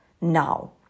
now